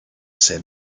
ses